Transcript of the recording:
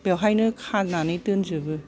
बेवहायनो खानानै दोनजोबो